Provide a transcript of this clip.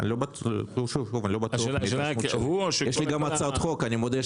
השאלה היא אם --- יש לי גם הצעת חוק בנושא.